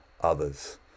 others